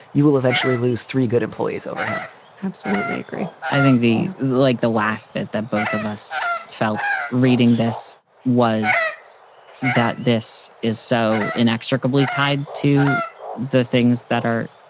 you will eventually lose three good employees over him. i absolutely agree i think the like the last bit that both of us felt reading this was that this is so inextricably tied to the things that are